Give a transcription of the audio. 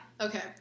Okay